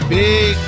big